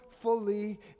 fully